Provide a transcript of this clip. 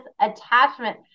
attachment